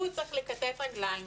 הוא צריך לכתת רגליים,